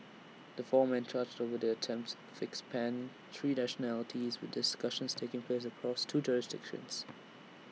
the four men charged over the attempted fix spanned three nationalities with discussions taking place across two jurisdictions